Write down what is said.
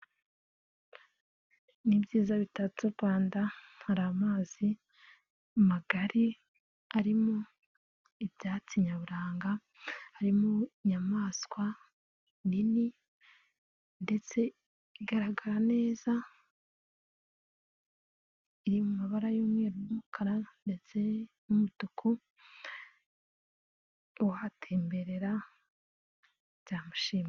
Ni ibyiza bitatse u Rwanda, hari amazi magari arimo ibyatsi nyaburanga, harimo inyamaswa nini ndetse igaragara neza, iri mu mabara y'umweru n'umukara ndetse n'umutuku, uhatemberera nzamushima.